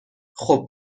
خوب